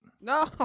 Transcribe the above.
No